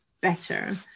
better